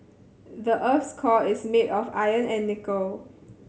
the earth's core is made of iron and nickel